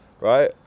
right